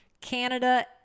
Canada